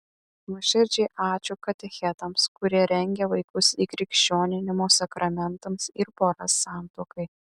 nuoširdžiai ačiū katechetams kurie rengia vaikus įkrikščioninimo sakramentams ir poras santuokai